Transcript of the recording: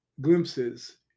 glimpses